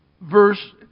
verse